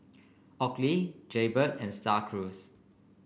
Oakley Jaybird and Star Cruise